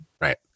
Right